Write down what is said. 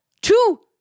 two